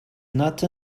not